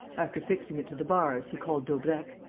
after fixing it to the bars, he called daubrecq